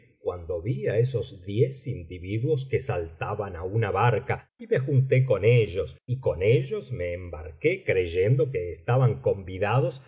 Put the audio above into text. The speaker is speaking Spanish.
cuando vi á esos diez individuos que saltaban á una barca y me junté con ellos y con ellos me embarqué creyendo que estaban convidados